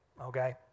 Okay